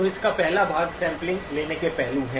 तो इसका पहला भाग सैंपलिंग लेने के पहलू हैं